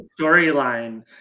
storyline